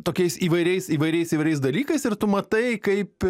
tokiais įvairiais įvairiais įvairiais dalykais ir tu matai kaip